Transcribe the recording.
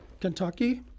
Kentucky